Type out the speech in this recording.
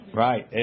right